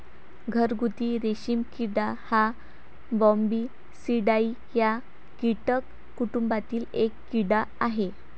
घरगुती रेशीम किडा हा बॉम्बीसिडाई या कीटक कुटुंबातील एक कीड़ा आहे